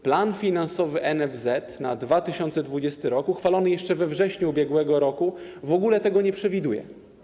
Plan finansowy NFZ na 2020 r. - uchwalony jeszcze we wrześniu ubiegłego roku - w ogóle tego nie przewiduje.